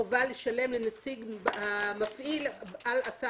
במקום הסיפה החל במילים "בשל נסיעה באוטובוס בקו שירות"